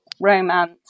romance